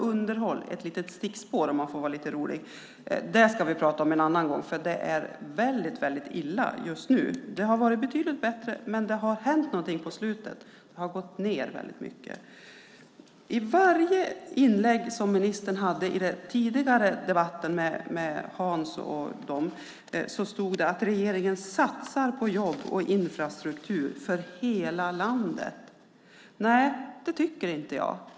Underhåll, ett litet stickspår om man får vara lite rolig - ja, också detta ska vi prata om en annan gång. Just nu är det väldigt illa. Det har varit betydligt bättre. Men på sistone har någonting hänt. Det har dragits ned väldigt mycket. I ministerns alla inlägg i en tidigare debatt med Hans Stenberg med flera hette det att regeringen satsar på jobb och infrastruktur för hela landet. Nej, det tycker inte jag.